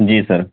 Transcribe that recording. جی سر